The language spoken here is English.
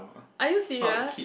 are you serious